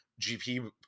GP